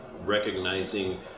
recognizing